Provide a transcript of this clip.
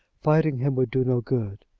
fighting him would do no good.